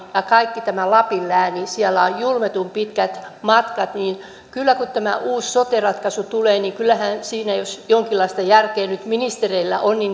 ja kaikkea tätä lapin lääniä siellä on julmetun pitkät matkat niin kun tämä uusi sote ratkaisu tulee niin kyllähän jos siinä jonkinlaista järkeä nyt ministereillä on